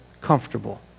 comfortable